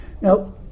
Now